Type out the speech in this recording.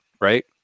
right